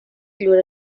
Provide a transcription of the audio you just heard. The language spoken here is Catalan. llur